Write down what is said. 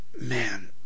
Man